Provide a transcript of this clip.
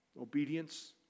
obedience